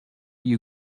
you